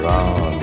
on